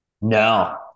No